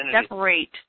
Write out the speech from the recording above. separate